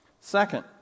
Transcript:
Second